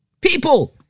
people